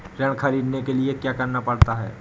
ऋण ख़रीदने के लिए क्या करना पड़ता है?